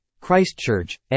Christchurch